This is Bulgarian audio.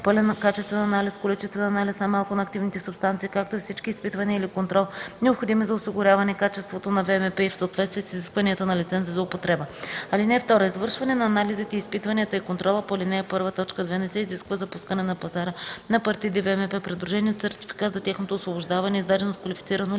пълен качествен анализ, количествен анализ най-малко на активните субстанции, както и всички изпитвания или контрол, необходими за осигуряване качеството на ВМП в съответствие с изискванията на лиценза за употреба. (2) Извършване на анализите, изпитванията и контрола по ал. 1, т. 2 не се изисква за пускане на пазара на партиди ВМП, придружени от сертификат за тяхното освобождаване, издаден от квалифицирано лице,